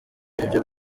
ibyo